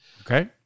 Okay